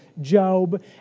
Job